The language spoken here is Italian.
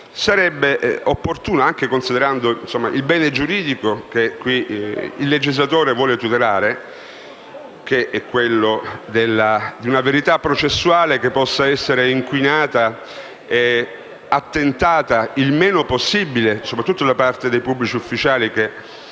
dalla nuova norma e del bene giuridico che qui il legislatore vuole tutelare, che è quello di una verità processuale che possa essere inquinata e attentata il meno possibile soprattutto da parte dei pubblici ufficiali che